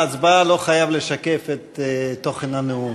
ההצבעה לא חייב לשקף את תוכן הנאום.